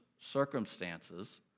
circumstances